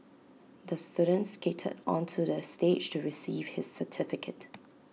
the student skated onto the stage to receive his certificate